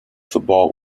football